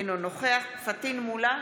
אינו נוכח פטין מולא,